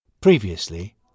Previously